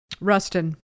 Rustin